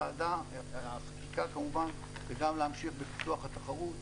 החקיקה כמובן וגם להמשיך בפיתוח התחרות.